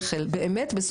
יעלה.